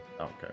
okay